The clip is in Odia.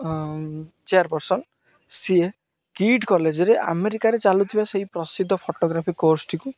ଚେୟାରପର୍ସନ ସିଏ କିଟ୍ କଲେଜରେ ଆମେରିକାରେ ଚାଲୁଥିବା ସେଇ ପ୍ରସିଦ୍ଧ ଫଟୋଗ୍ରାଫି କୋର୍ସଟିକୁ